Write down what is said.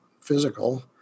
physical